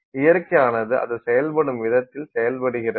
இயற்கையானது அது செயல்படும் விதத்தில் செயல்படுகிறது